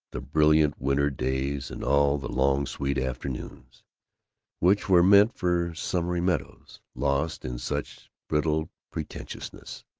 the brilliant winter days and all the long sweet afternoons which were meant for summery meadows, lost in such brittle pretentiousness.